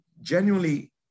genuinely